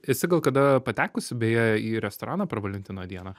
esi gal kada patekusi beje į restoraną per valentino dieną